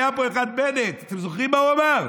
היה פה אחד, בנט, אתם זוכרים מה הוא אמר?